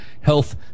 health